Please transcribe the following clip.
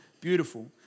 Beautiful